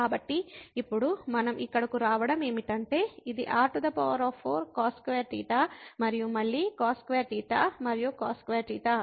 కాబట్టి ఇప్పుడు మనం ఇక్కడకు ఎందుకు రావడం అంటే ఇది r4cos2θ మరియు మళ్ళీ cos2θ మరియు cos2θ